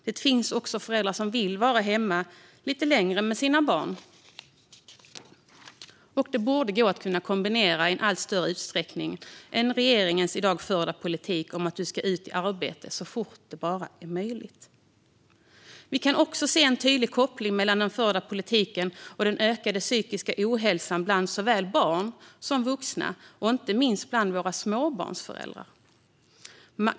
Det finns också föräldrar som vill vara hemma lite längre med sina barn. Det borde vara möjligt i större utsträckning än vad det är med regeringens i dag förda politik om att du ska ut i arbete så fort det bara är möjligt. Vi kan också se en tydlig koppling mellan den förda politiken och den ökade psykiska ohälsan bland såväl barn som vuxna och inte minst bland småbarnsföräldrar.